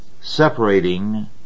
separating